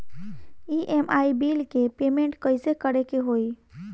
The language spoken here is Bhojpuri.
ई.एम.आई बिल के पेमेंट कइसे करे के होई?